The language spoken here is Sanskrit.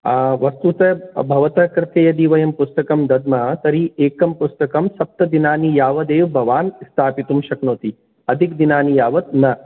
आं वस्तुतः भवतः कृते यदि वयं पुस्तकं दद्मः तर्हि एकं पुस्तकं सप्तदिनानि यावदेव भवान् स्थापितुं शक्नोति अधिकदिनानि यावत् न